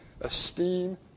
Esteem